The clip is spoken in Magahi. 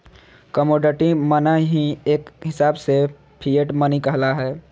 कमोडटी मनी ही एक हिसाब से फिएट मनी कहला हय